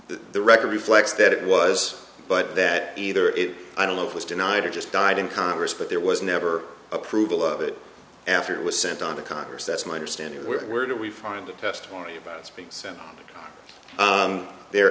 the record reflects that it was but that either it i don't know it was denied or just died in congress but there was never approval of it after it was sent on to congress that's my understanding where where do we find the testimony